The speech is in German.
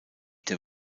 der